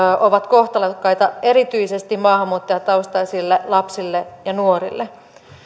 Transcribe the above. ovat kohtalokkaita erityisesti maahanmuuttajataustaisille lapsille ja nuorille